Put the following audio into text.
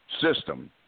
system